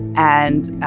and